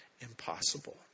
impossible